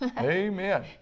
Amen